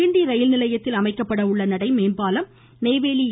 கிண்டி ரயில்நிலையத்தில் அமைக்கப்பட உள்ள நடை மேம்பாலம் நெய்வேலி என்